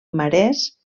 marès